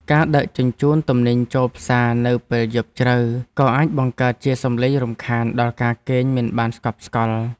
ការដឹកជញ្ជូនទំនិញចូលផ្សារនៅពេលយប់ជ្រៅក៏អាចបង្កើតជាសំឡេងរំខានដល់ការគេងមិនបានស្កប់ស្កល់។